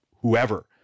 whoever